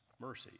mercy